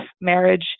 marriage